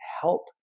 help